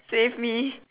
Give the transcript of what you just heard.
save me